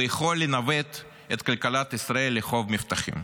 ויכול לנווט את כלכלת ישראל לחוף מבטחים.